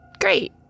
Great